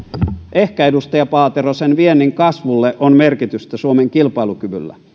ehkä edustaja paatero viennin kasvulle on merkitystä suomen kilpailukyvyllä